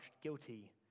guilty